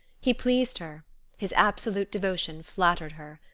he pleased her his absolute devotion flattered her.